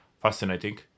fascinating